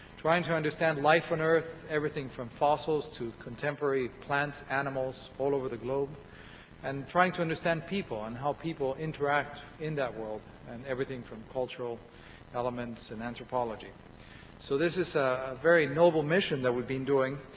trying to understand life on earth, everything from fossils to contemporary plants, animals, all over the globe and trying to understand people and how people interact in that world and everything from cultural elements and anthropology so this is a very noble mission that we've been doing.